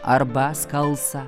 arba skalsa